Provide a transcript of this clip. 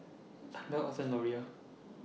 Anna Otha Loria